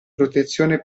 protezione